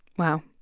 wow.